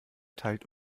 teilt